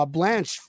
Blanche